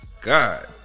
God